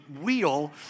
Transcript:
wheel